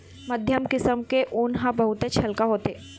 मध्यम किसम के ऊन ह बहुतेच हल्का होथे